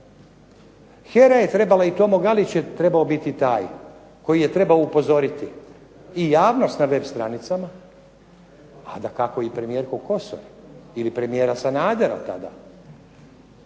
HERA je trebala i Tomo Galić je trebao biti taj koji je trebao upozoriti i javnost na web stranicama, a dakako i premijerku Kosor ili premijera Sanadera tada,